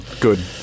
Good